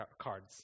cards